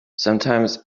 sometimes